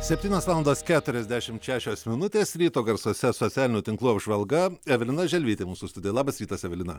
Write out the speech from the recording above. septynios valandos keturiasdešimt šešios minutės ryto garsuose socialinių tinklų apžvalga evelina želvytė mūsų studijoje labas rytas evelina